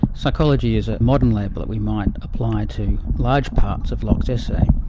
psychology is a modern label that we might apply to large parts of locke's essay.